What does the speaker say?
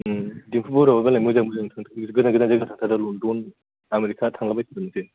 दिम्पु बरुवाया मालाय मोजां मोजां गोजान गोजान जायगायाव थांथारो लन्द'न आमेरिका थांलाबायथारोसै